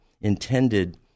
intended